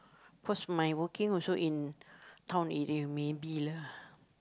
cause my working also in town area maybe lah